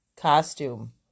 Costume